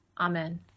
Amen